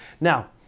Now